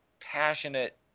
passionate